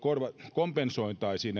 kompensoitaisiin